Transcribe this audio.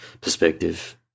perspective